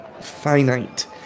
finite